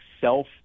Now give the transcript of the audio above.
self